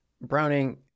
Browning